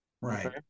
Right